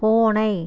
பூனை